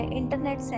internet